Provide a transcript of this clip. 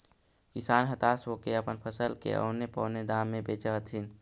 किसान हताश होके अपन फसल के औने पोने दाम में बेचऽ हथिन